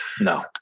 No